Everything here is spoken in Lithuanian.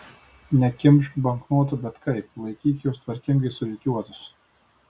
nekimšk banknotų bet kaip laikyk juos tvarkingai surikiuotus